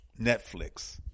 Netflix